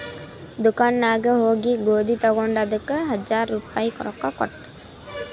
ದುಕಾನ್ ನಾಗ್ ಹೋಗಿ ಗೋದಿ ತಗೊಂಡ ಅದಕ್ ಹಜಾರ್ ರುಪಾಯಿ ರೊಕ್ಕಾ ಕೊಟ್ಟ